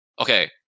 okay